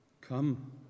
Come